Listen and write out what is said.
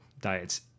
diets